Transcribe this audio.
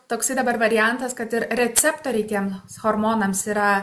toksai dabar variantas kad ir receptoriai tiem hormonams yra